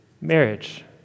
Marriage